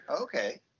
Okay